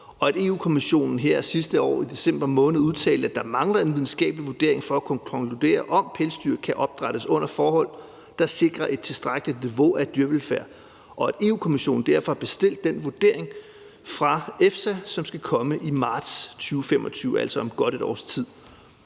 og at Europa-Kommissionen her sidste år i december måned udtalte, at der mangler en videnskabelig vurdering for at kunne konkludere, om pelsdyr kan opdrættes under forhold, der sikrer et tilstrækkeligt niveau af dyrevelfærd, og at Europa-Kommissionen derfor har bestilt den vurdering fra EFSA, som skal komme i marts 2025, altså om godt et års tid.